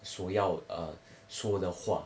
所要说的话